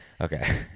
okay